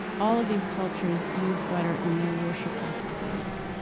all of these cultures used butter in their worship practices.